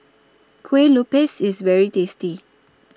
Kuih Lopes IS very tasty